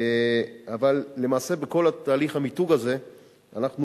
אבל למעשה בכל תהליך המיתוג הזה אנחנו